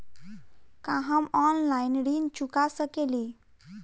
का हम ऑनलाइन ऋण चुका सके ली?